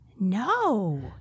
No